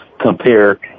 compare